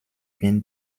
been